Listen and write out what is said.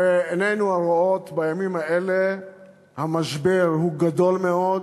עינינו הרואות, בימים האלה המשבר הוא גדול מאוד,